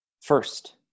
First